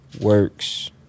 works